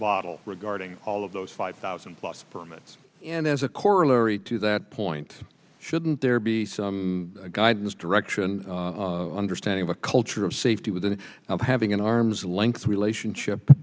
bottle regarding all of those five thousand plus permits and as a corollary to that point shouldn't there be some guidance direction understanding the culture of safety within having an arm's length relationship